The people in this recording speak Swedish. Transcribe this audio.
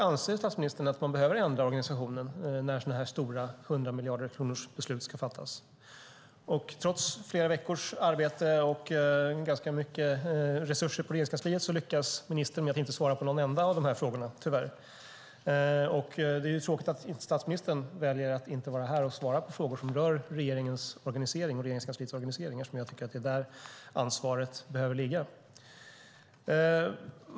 Anser statsministern att man behöver ändra organisationen när så här stora hundramiljarderkronorsbeslut ska fattas? Trots flera veckors arbete och ganska mycket resurser på Regeringskansliet lyckas ministern inte svara på någon enda av dessa frågor, tyvärr. Det är tråkigt att statsministern väljer att inte vara här och svara på frågor som rör regeringens och Regeringskansliets organisering eftersom jag tycker att det är där ansvaret behöver ligga.